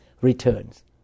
returns